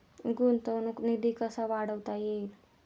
गुंतवणूक निधी कसा वाढवता येईल?